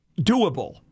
Doable